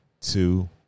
two